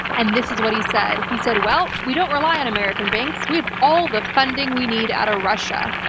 and this is what he said. he said, well, we don't rely on american banks. we have all the funding we need out of russia.